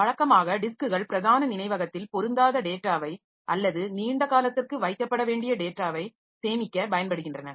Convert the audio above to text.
வழக்கமாக டிஸ்க்குகள் பிரதான நினைவகத்தில் பொருந்தாத டேட்டாவை அல்லது நீண்ட காலத்திற்கு வைக்கப்பட வேண்டிய டேட்டாவை சேமிக்கப் பயன்படுகின்றன